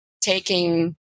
taking